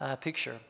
picture